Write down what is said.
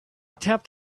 tapped